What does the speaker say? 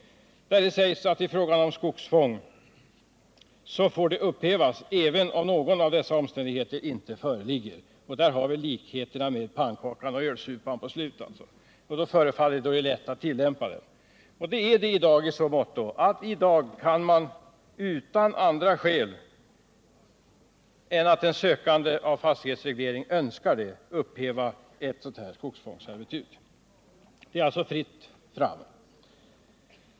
Där sägs det att i fråga om skogsfång får det upphävas även om dessa omständigheter inte föreligger — där har vi likheten med pannkakan och ölsupan. Det förefaller vara lätt att tillämpa lagstiftningen, och det är det i dag i så måtto att man kan upphäva ett skogsfångsservitut utan andra skäl än att den som söker fastighetsreglering önskar det. Det är alltså fritt fram.